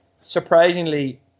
Surprisingly